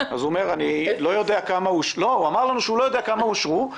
הוא אמר שהוא לא יודע כמה אושרו,